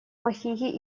махиги